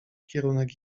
kierunek